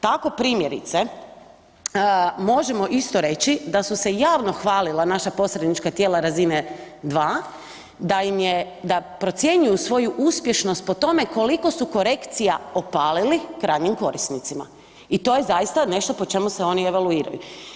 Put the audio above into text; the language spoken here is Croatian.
Tako primjerice možemo isto reći da su se javno hvalila naša posrednička tijela razine 2 da procjenjuju svoju uspješnost po tome koliko su korekcija opalili krajnjim korisnicima i to je zaista nešto po čemu se oni evaluiraju.